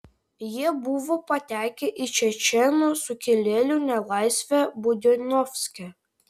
jie buvo patekę į čečėnų sukilėlių nelaisvę budionovske